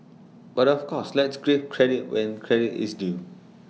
but of course let's give credit where credit is due